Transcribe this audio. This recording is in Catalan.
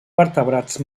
vertebrats